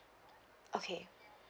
okay